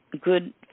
good